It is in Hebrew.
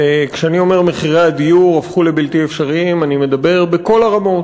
וכשאני אומר "מחירי הדיור הפכו לבלתי אפשריים" אני מדבר בכל הרמות,